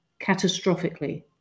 catastrophically